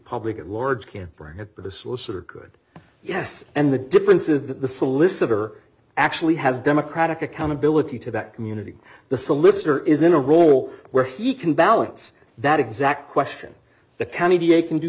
public at large can't bring it but a source are good yes and the difference is that the solicitor actually has democratic accountability to that community the solicitor is in a role where he can balance that exact question the county d a can do